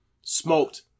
smoked